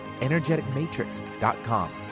energeticmatrix.com